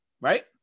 Right